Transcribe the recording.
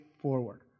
forward